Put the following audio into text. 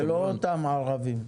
זה לא אותם ערבים,